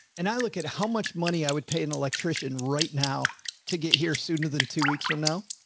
and i look at how much money i would pay an electrician right now to get here sooner than two weeks from now.